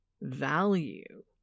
value